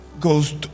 goes